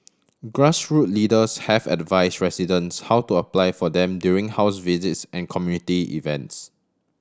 grassroot leaders have advise residents how to apply for them during house visits and community events